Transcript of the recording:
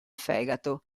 fegato